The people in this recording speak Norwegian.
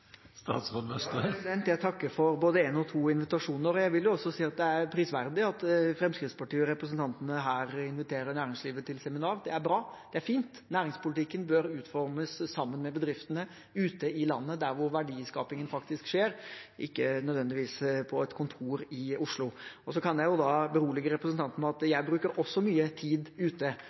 Jeg takker for både en og to invitasjoner, og jeg vil også si at det er prisverdig at Fremskrittspartiet og representanten her inviterer næringslivet til seminar. Det er bra, det er fint. Næringspolitikken bør utformes sammen med bedriftene ute i landet, der hvor verdiskapingen faktisk skjer, ikke nødvendigvis på et kontor i Oslo. Så kan jeg berolige representanten med at jeg også bruker mye tid ute